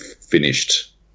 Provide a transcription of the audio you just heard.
finished